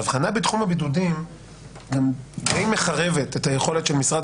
ההבחנה בתחום הבידודים די מחרבת את היכולת של משרד